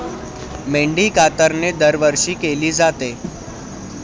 मेंढी कातरणे दरवर्षी केली जाते